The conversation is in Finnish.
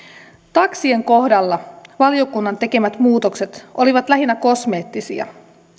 taksien kohdalla valiokunnan tekemät muutokset olivat lähinnä kosmeettisia